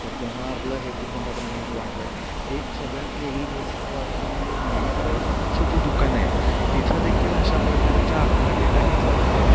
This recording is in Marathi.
तर तेव्हा आपलं हे खूप मोठ्या प्रमाणात वाढलं आहे एक सगळ्यात वेगळी गोष्ट वाटते म्हणजे मेडिकलची जी दुकानं आहेत तिथं देखील अशा प्रकारचा आपला डेटा घेतला जातो